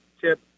tip